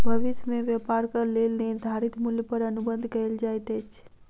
भविष्य में व्यापारक लेल निर्धारित मूल्य पर अनुबंध कएल जाइत अछि